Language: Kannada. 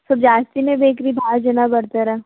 ಸ್ವಲ್ಪ ಜಾಸ್ತಿನೆ ಬೇಕು ರೀ ಭಾಳ ಜನ ಬರ್ತಾರೆ